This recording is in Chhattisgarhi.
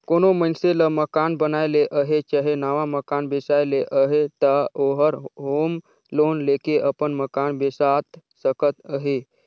कोनो मइनसे ल मकान बनाए ले अहे चहे नावा मकान बेसाए ले अहे ता ओहर होम लोन लेके अपन मकान बेसाए सकत अहे